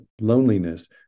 loneliness